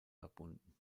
verbunden